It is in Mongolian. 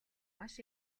маш